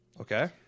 Okay